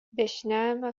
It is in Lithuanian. dešiniajame